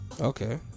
Okay